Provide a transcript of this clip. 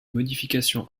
modification